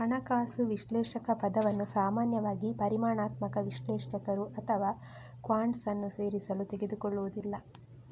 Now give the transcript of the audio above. ಹಣಕಾಸು ವಿಶ್ಲೇಷಕ ಪದವನ್ನು ಸಾಮಾನ್ಯವಾಗಿ ಪರಿಮಾಣಾತ್ಮಕ ವಿಶ್ಲೇಷಕರು ಅಥವಾ ಕ್ವಾಂಟ್ಸ್ ಅನ್ನು ಸೇರಿಸಲು ತೆಗೆದುಕೊಳ್ಳುವುದಿಲ್ಲ